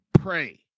pray